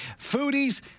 Foodies